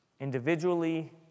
individually